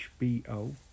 HBO